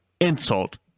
Insult